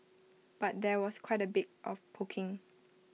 but there was quite A bit of poking